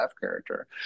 character